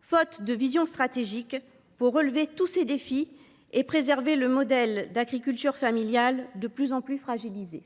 faute de vision stratégique pour relever tous ces défis et préserver un modèle d’agriculture familial de plus en plus fragile.